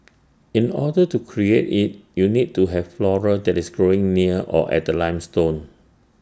in order to create IT you need to have flora that is growing near or at the limestone